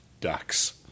ducks